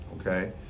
Okay